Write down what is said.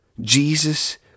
Jesus